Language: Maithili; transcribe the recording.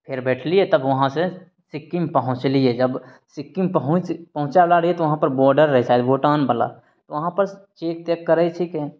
फेर बैठलियै तब वहाँसँ सिक्किम पहुँचलियै जब सिक्किम पहुँच पहुँचऽवला रहियै तऽ वहाँपर बॉर्डर रहय शायद भूटानवला वहाँपर चेक तेक करय छिकै